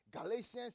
Galatians